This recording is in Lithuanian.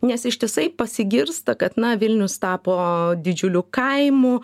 nes ištisai pasigirsta kad na vilnius tapo didžiuliu kaimu